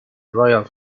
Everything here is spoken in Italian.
royal